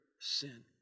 sin